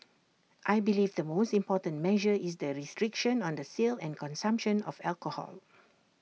I believe the most important measure is the restriction on the sale and consumption of alcohol